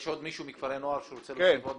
יש עוד מישהו מכפרי נוער שרוצה להוסיף עוד משהו?